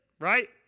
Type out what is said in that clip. right